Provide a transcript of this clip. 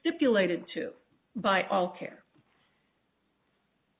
stipulated to by all care